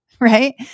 Right